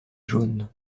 jaunes